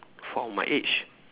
for my age